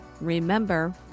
remember